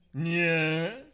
Yes